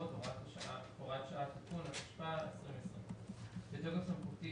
בתוקף סמכותי